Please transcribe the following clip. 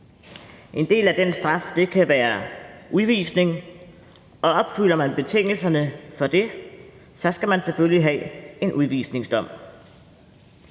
En del af den straf kan være udvisning, og opfylder man betingelserne for det, skal man selvfølgelig have en udvisningsdom.